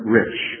rich